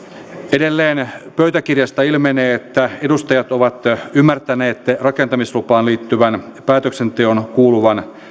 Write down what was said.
edelleen pöytäkirjasta ilmenee että edustajat ovat ymmärtäneet rakentamislupaan liittyvän päätöksenteon kuuluvan